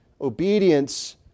obedience